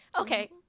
Okay